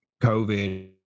COVID